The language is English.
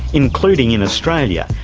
including in australia,